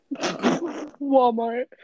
Walmart